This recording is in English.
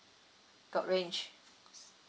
got range